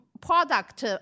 product